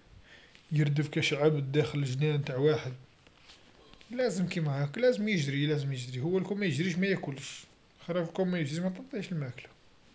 يردف كاش عبد داخل جنان تاع واحد، لازم كيما هاك لازم يجري لازم يجري، هو لوكان ميجريش ما يكلش، خلا كون ميجريش متعطيهش الماكله.